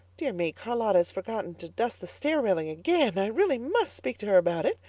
dear me, charlotta has forgotten to dust the stair railing again. i really must speak to her about it.